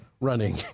running